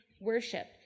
worship